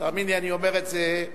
תאמין לי, אני אומר את זה,